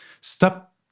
Stop